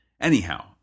Anyhow